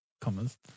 commas